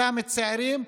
אותם צעירים,